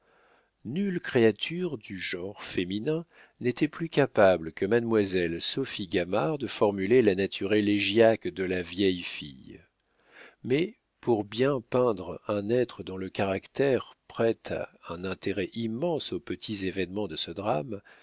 nulle créature du genre féminin n'était plus capable que mademoiselle sophie gamard de formuler la nature élégiaque de la vieille fille mais pour bien peindre un être dont le caractère prête un intérêt immense aux petits événements de ce drame